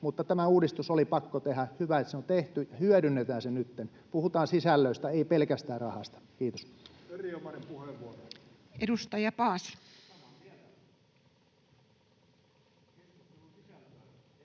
mutta tämä uudistus oli pakko tehdä. Hyvä, että se on tehty. Hyödynnetään se nytten. Puhutaan sisällöistä, ei pelkästään rahasta. — Kiitos.